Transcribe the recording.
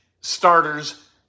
starters